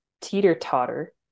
teeter-totter